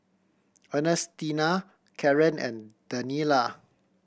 Ernestina Karen and Daniela